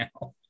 now